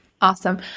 Awesome